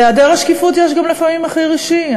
להיעדר השקיפות יש גם לפעמים מחיר אישי.